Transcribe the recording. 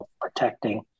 protecting